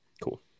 Cool